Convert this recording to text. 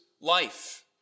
life